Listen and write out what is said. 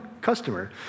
customer